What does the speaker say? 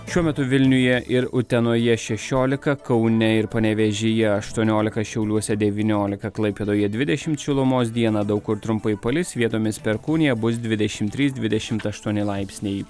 šiuo metu vilniuje ir utenoje šešiolika kaune ir panevėžyje aštuoniolika šiauliuose devyniolika klaipėdoje dvidešimt šilumos dieną daug kur trumpai palis vietomis perkūnija bus dvidešimt trys dvidešimt aštuoni laipsniai